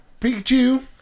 Pikachu